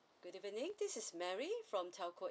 good evening this is mary from telco